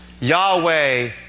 Yahweh